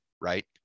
right